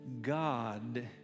God